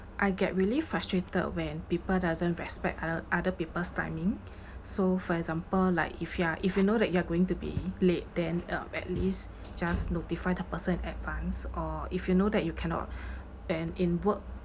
I get really frustrated when people doesn't respect other other people's timing so for example like if you are if you know that you are going to be late then um at least just notify the person in advance or if you know that you cannot and in work